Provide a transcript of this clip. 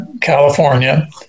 California